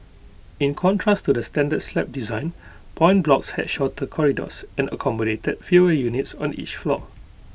in contrast to the standard slab design point blocks had shorter corridors and accommodated fewer units on each floor